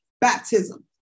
Baptism